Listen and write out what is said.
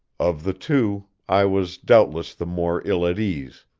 of the two i was doubtless the more ill at ease,